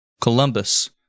Columbus